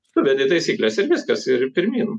suvedi taisykles ir viskas ir pirmyn